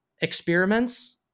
experiments